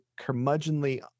curmudgeonly